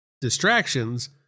distractions